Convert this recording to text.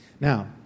Now